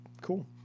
cool